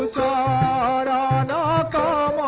da ah da da da